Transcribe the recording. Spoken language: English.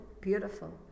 beautiful